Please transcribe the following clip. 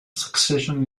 succession